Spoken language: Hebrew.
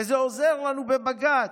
וזה עוזר לנו בבג"ץ.